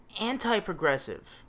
anti-progressive